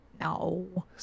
No